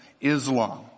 Islam